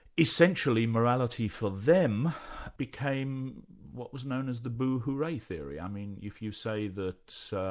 essentially, morality for them became what was known as the boo hooray theory. i mean, if you say that so